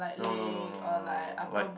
no no no no no no no like